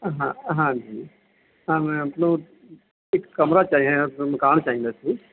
ਹਾਂ ਹਾਂਜੀ ਹਾਂ ਮੈਂ ਆਪਣਾ ਇੱਕ ਕਮਰਾ ਚਾਹੀਦਾ ਮਕਾਨ ਚਾਹੀਦਾ ਸੀ